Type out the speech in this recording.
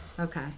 okay